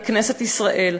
מכנסת ישראל,